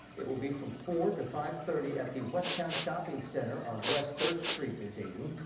it'll be from four to five thirty at the westown shopping center on west third street in dayton.